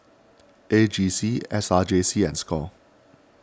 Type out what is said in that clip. A G C S R J C and Score